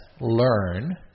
learn